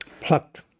Plucked